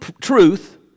truth